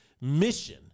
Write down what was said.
mission